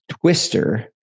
twister